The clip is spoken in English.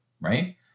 right